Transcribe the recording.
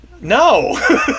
no